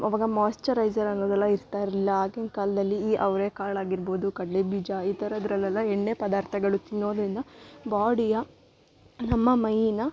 ಅವಾಗ ಮೋಯ್ಚರೈಸರ್ ಅನ್ನೋದೆಲ್ಲ ಇರ್ತ ಇರಲಿಲ್ಲ ಆಗಿನ ಕಾಲದಲ್ಲಿ ಈ ಅವರೆ ಕಾಳಗಿರ್ಬೋದು ಕಡಲೆ ಬೀಜ ಈ ಥರದ್ರಲೆಲ್ಲ ಎಣ್ಣೆ ಪದಾರ್ಥಗಳು ತಿನ್ನೋದ್ರಿಂದ ಬಾಡಿಯ ನಮ್ಮ ಮೈನ